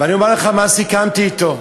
ואני אומר לך מה סיכמתי אתו.